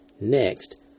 next